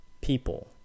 People